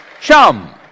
chum